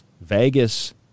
Vegas